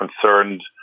concerned